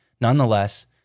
nonetheless